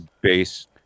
base